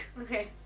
Okay